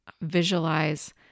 visualize